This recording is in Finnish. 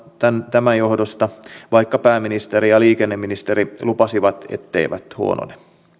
tämän johdosta vaikka pääministeri ja liikenneministeri lupasivat etteivät huonone